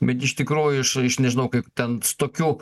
bet iš tikrųjų iš iš nežinau kaip ten s tokių